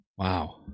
Wow